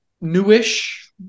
newish